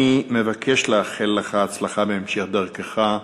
אני מבקש לאחל לך הצלחה בהמשך דרכך,